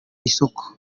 isoko